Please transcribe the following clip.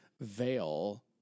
veil